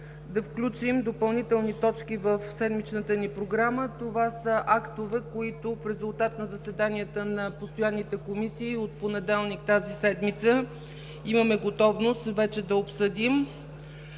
да включим допълнителни точки в седмичната ни програма. Това са актове, които в резултат на заседанията на постоянните комисии от понеделник тази седмица вече имаме готовност да обсъдим.